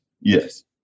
Yes